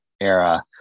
era